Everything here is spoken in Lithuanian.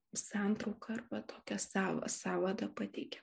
santrauką arba tokią sav sąvadą pateikia